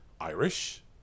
Irish